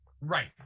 Right